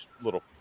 little